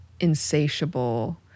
insatiable